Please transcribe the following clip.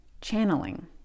channeling